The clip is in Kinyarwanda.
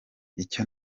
icyo